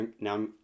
now